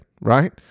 right